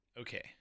Okay